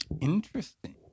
Interesting